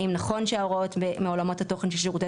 האם נכון שההוראות מעולמות התוכן של שירותי